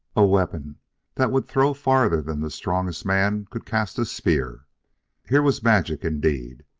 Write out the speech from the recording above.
a weapon that would throw farther than the strongest man could cast a spear here was magic indeed!